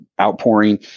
outpouring